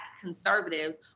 conservatives